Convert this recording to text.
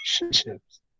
relationships